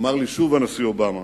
אמר לי שוב הנשיא אובמה,